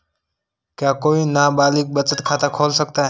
क्या कोई नाबालिग बचत खाता खोल सकता है?